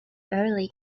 early